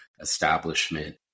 establishment